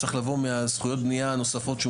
צריך לבוא מהזכויות בנייה הנוספות שהוא